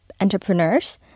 entrepreneurs